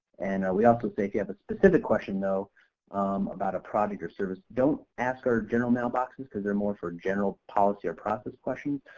and we also say if you have a specific question though about a project or service, don't ask our general mailboxes because they're more for general policy or process questions.